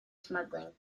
smuggling